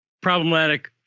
problematic